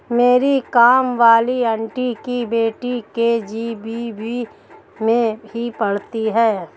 मेरी काम वाली आंटी की बेटी के.जी.बी.वी में ही पढ़ती है